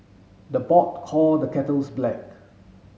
the pot call the kettles black